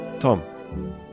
Tom